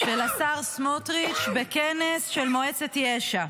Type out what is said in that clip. של השר סמוטריץ' בכנס של מועצת יש"ע.